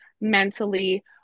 mentally